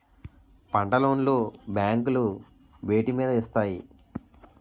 పంట లోన్ లు బ్యాంకులు వేటి మీద ఇస్తాయి?